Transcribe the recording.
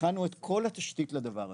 הכנו את כל התשתית לדבר הזה,